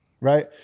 right